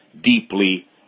deeply